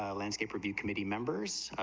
ah landscape review committee members,